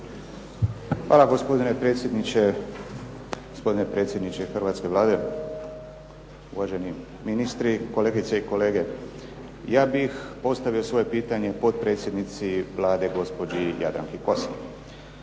gospodine predsjedniče hrvatske Vlade, uvaženi ministri, kolegice i kolege. Ja bih postavio svoje pitanje potpredsjednici Vlade, gospođi Jadranki Kosor.